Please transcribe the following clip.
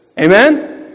Amen